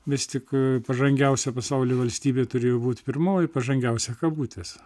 vis tik pažangiausia pasaulyje valstybė turėjo būti pirmoji pažangiausia kabutes